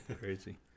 Crazy